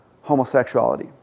homosexuality